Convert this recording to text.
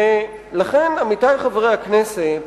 ולכן, עמיתי חברי הכנסת,